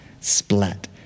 splat